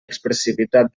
expressivitat